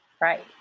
Right